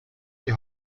die